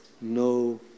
No